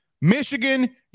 Michigan